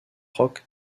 rock